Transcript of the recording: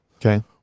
Okay